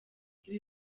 ibi